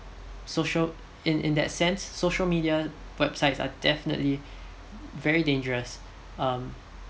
social in in that sense social media websites are definitely very dangerous um